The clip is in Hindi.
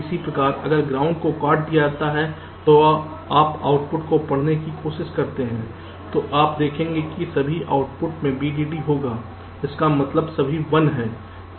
इसी तरह अगर ग्राउंड को काट दिया जाता है और आप आउटपुट को पढ़ने की कोशिश करते हैं तो आप देखेंगे कि सभी आउटपुट में V DD होता है जिसका मतलब सभी 1 है